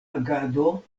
agado